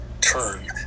turn